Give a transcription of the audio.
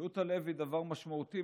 בריאות הלב היא דבר משמעותי,